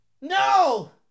No